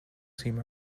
seem